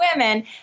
women